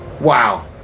Wow